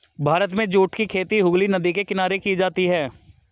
भारत में जूट की खेती हुगली नदी के किनारे की जाती है